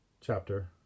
Chapter